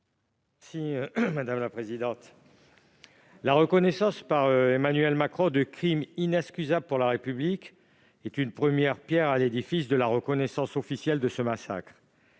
M. Guy Benarroche. La dénonciation par Emmanuel Macron de « crimes inexcusables pour la République » est une première pierre à l'édifice de la reconnaissance officielle de ce massacre.